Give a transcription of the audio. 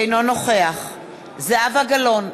אינו נוכח זהבה גלאון,